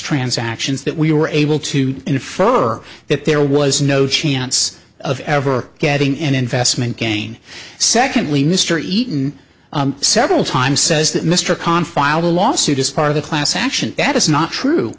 transactions that we were able to infer that there was no chance of ever getting an investment gain secondly mr eaton several times says that mr khan filed a lawsuit as part of a class action that is not true